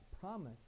promise